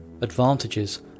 advantages